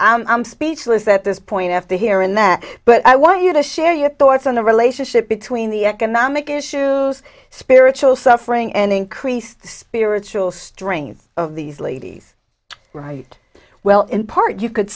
so i'm speechless at this point after hearing that but i want you to share your thoughts on the relationship between the economic issues spiritual suffering and increased spiritual strength of these ladies right well in part you could